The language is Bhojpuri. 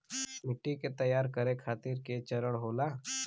मिट्टी के तैयार करें खातिर के चरण होला?